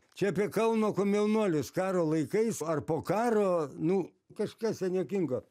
čia apie kalno komjaunuolius karo laikais ar po karo nu kažkas ten juokingo